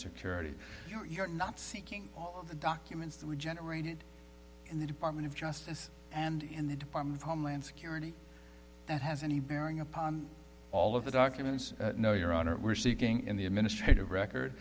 security you're not seeking all the documents that were generated in the department of justice and in the department of homeland security that has any bearing upon all of the documents no your honor we're seeking in the administrative record